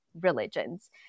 religions